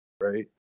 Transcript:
right